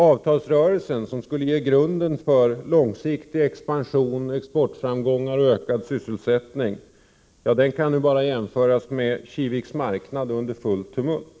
Avtalsrörelsen, som skulle ge grunderna för en långsiktig expansion, exportframgångar och ökad sysselsättning, kan nu bara jämföras med Kiviks marknad under fullt tumult.